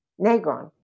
Negron